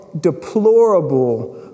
deplorable